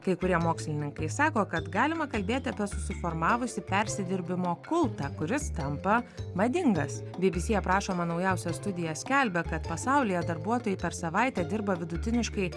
kai kurie mokslininkai sako kad galima kalbėti apie susiformavusį persidirbimo kultą kuris tampa madingas bibisi aprašoma naujausia studija skelbia kad pasaulyje darbuotojai per savaitę dirba vidutiniškai